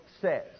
says